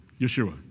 Yeshua